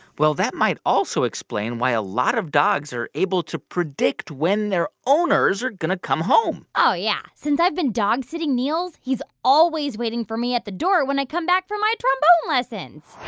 well, that might also explain why a lot of dogs are able to predict when their owners are going to come home oh, yeah. since i've been dogsitting niels, he's always waiting for me at the door when i come back for my trombone lessons